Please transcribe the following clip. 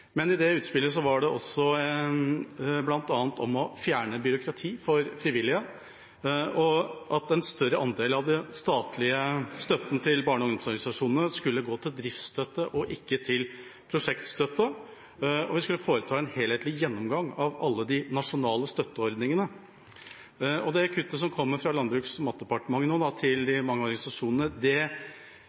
I det utspillet lå bl.a. også å fjerne byråkrati for frivillige, at en større andel av den statlige støtten til barne- og ungdomsorganisasjonene skulle gå til driftstøtte og ikke prosjektstøtte, og at vi skulle foreta en helhetlig gjennomgang av alle de nasjonale støtteordningene. Det kuttet som kommer fra Landbruks- og matdepartementet nå til de mange organisasjonene,